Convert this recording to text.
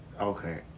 okay